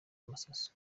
masasu